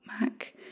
mac